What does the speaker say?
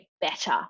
better